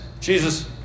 Jesus